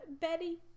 Betty